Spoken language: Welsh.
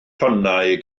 tonnau